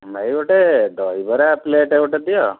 ଭାଇ ଗୋଟେ ଦହିବରା ପ୍ଲେଟ ଗୋଟେ ଦିଅ